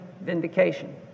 vindication